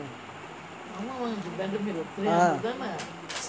ah